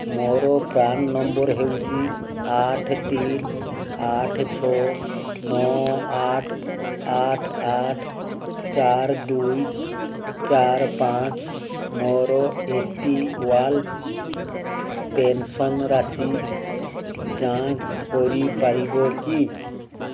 ମୋର PRAN number ହେଉଛି ଆଠ ତିନି ଆଠ ଛଅ ନଅ ଆଠ ଆଠ ଚାରି ଦୁଇ ଚାରି ପାଞ୍ଚ ମୋର ଏ ପି ୱାଇ ପେନ୍ସନ୍ ରାଶି ଯାଞ୍ଚ କରିପାରିବ କି